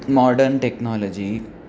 modern technology